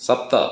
सप्त